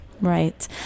Right